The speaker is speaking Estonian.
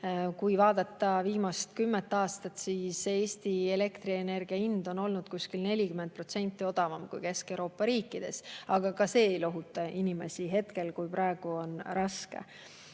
kui vaadata viimast kümmet aastat, siis Eesti elektrienergia hind on olnud kuskil 40% odavam kui Kesk-Euroopa riikides. Aga ka see ei lohuta inimesi, kui praegu on raske.